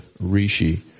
Rishi